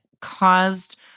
caused